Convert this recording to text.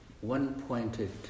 one-pointed